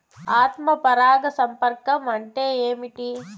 ఆత్మ పరాగ సంపర్కం అంటే ఏంటి?